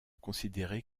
considérée